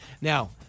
Now